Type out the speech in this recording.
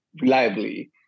reliably